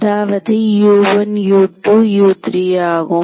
அதாவது U1U2U3 ஆகும்